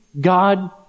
God